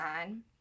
on